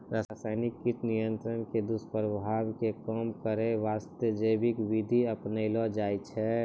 रासायनिक कीट नियंत्रण के दुस्प्रभाव कॅ कम करै वास्तॅ जैविक विधि अपनैलो जाय छै